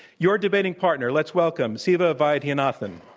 your debating partner, let's welcome siva vaidhyanathan.